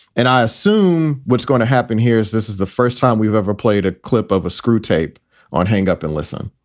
and i assume what's going to happen here is this is the first time we've ever played a clip of a screwtape on hang up and listen